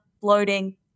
bloating